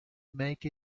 make